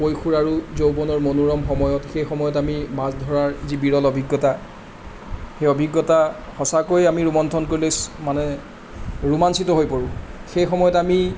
কৈশোৰ আৰু যৌৱনৰ মনোৰম সময়ত সেই সময়ত আমি মাছ ধৰাৰ যি বিৰল অভিজ্ঞতা সেই অভিজ্ঞতা সঁচাকৈ আমি ৰোমন্থন কৰিলে মানে ৰোমাঞ্চীত হৈ পৰোঁ সেই সময়ত আমি